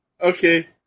Okay